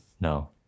No